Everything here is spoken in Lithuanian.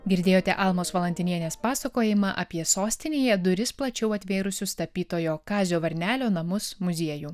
girdėjote almos valantinienės pasakojimą apie sostinėje duris plačiau atvėrusius tapytojo kazio varnelio namus muziejų